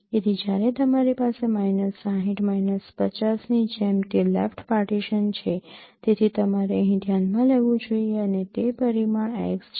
તેથી જ્યારે તમારી પાસે માઇનસ ૬૦ માઇનસ ૫૦ ની જેમ તે લેફ્ટ પાર્ટીશન છે તેથી તમારે અહીં ધ્યાનમાં લેવું જોઈએ અને તે પરિમાણ x છે